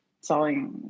selling